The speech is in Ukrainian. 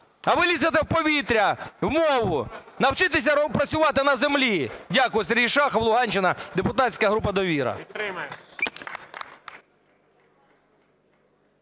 А ви лізете в повітря, в мову. Навчіться працювати на землі. Дякую. Сергій Шахов, Луганщина, депутатська група "Довіра".